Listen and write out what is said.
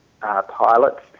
pilots